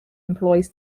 employs